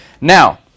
Now